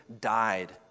died